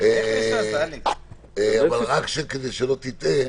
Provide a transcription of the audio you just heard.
שלא תטעה,